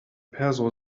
perso